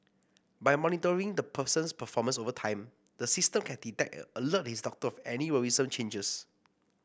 by monitoring the person's performance over time the system can detect and alert his doctor of any worrisome changes